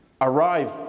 arrive